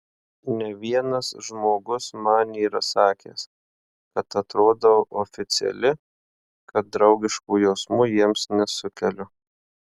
ne vienas žmogus man yra sakęs kad atrodau oficiali kad draugiškų jausmų jiems nesukeliu